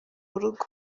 rugo